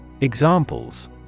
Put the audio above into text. Examples